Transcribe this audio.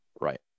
Right